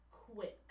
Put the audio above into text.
quit